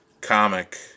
comic